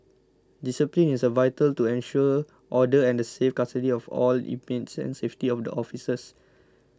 discipline is vital to ensure order and the safe custody of all inmates and safety of the officers